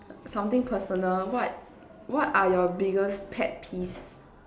something personal what what are your biggest pet peeves